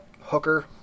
hooker